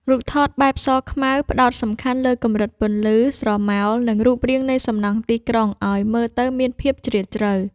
រូបថតបែបសខ្មៅ ផ្ដោតសំខាន់លើកម្រិតពន្លឺ ស្រមោល និងរូបរាងនៃសំណង់ទីក្រុងឱ្យមើលទៅមានភាពជ្រាលជ្រៅ។